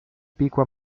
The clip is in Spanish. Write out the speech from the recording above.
pico